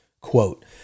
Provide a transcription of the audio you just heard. Quote